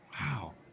Wow